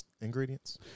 ingredients